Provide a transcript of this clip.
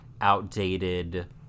outdated